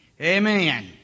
Amen